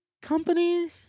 company